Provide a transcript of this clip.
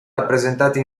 rappresentati